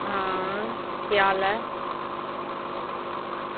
आं केह् हाल ऐ